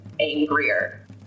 angrier